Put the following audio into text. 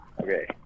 Okay